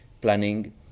planning